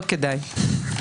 לא כדאי.